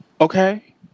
Okay